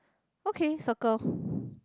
okay circle